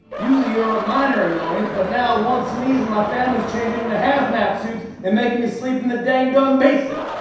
usually, you're a minor annoyance, but now one sneeze, and my family is changing into hazmat suits and making me sleep in the dang-dung basement.